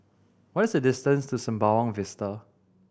what is the distance to Sembawang Vista